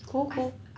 cool cool